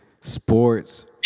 sports